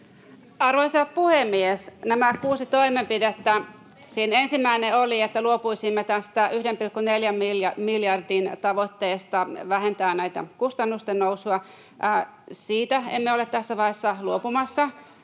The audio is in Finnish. Arvoisa puhemies! Nämä kuusi toimenpidettä: Se ensimmäinen oli, että luopuisimme tästä 1,4 miljardin tavoitteesta vähentää näitä kustannusten nousuja. Siitä emme ole tässä vaiheessa luopumassa.